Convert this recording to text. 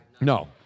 No